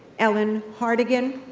ellen hartigan,